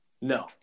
No